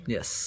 Yes